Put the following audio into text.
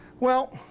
well,